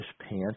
pants